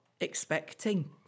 expecting